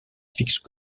fixent